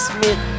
Smith